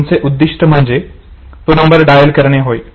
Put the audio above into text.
तुमचे उद्दिष्ट म्हणजे तो नंबर डायल करणे होय